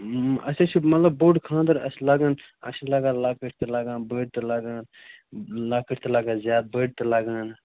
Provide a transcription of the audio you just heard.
اَسہِ حظ چھِ مطلب بوٚڈ خانٛدَر اَسہِ لَگان اَسہِ چھِ لگان لۅکٕٹۍ تہِ لگان بٔڈۍ تہِ لگان لۅکٕٹۍ تہِ لگان زیادٕ بٔڈۍ تہِ لگان